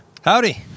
Howdy